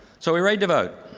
so are we ready to vote?